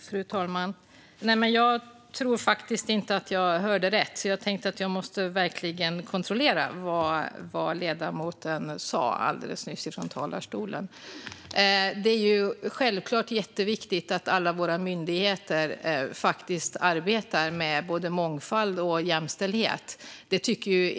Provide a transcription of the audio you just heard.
Fru talman! Jag tror faktiskt inte att jag hörde rätt. Jag tänkte därför att jag verkligen måste kontrollera vad ledamoten sa alldeles nyss från talarstolen. Det är självklart jätteviktigt att alla våra myndigheter arbetar med både mångfald och jämställdhet.